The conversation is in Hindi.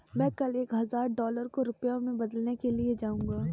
मैं कल एक हजार डॉलर को रुपया में बदलने के लिए जाऊंगा